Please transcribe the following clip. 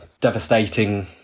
devastating